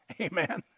Amen